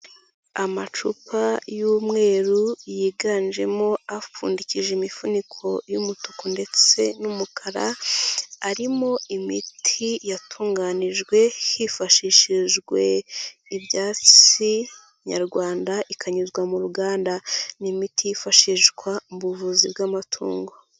Amacupa y'umweru yiganjemo apfundikije imifuniko y'umutuku ndetse n'umukara arimo imiti yatunganijwe hifashishijwe ibyatsi nyarwanda ikanyuzwa mu ruganda, ni imiti yifashishwa mu buvuzi bw'amatungo.